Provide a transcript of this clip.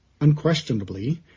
Unquestionably